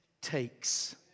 takes